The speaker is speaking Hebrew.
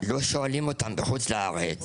ולא שואלים אותן בחוץ לארץ